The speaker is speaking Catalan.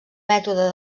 mètode